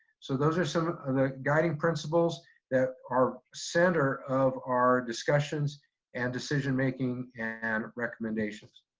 so those are some of the guiding principles that are center of our discussions and decision making and recommendations.